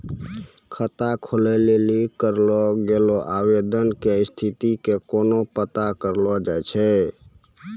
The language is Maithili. खाता खोलै लेली करलो गेलो आवेदन के स्थिति के केना पता करलो जाय छै?